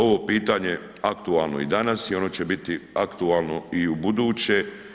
Ovo pitanje aktualno i danas i ono će biti aktualno i ubuduće.